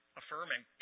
affirming